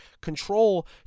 control